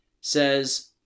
says